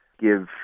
give